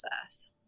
process